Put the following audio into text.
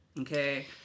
Okay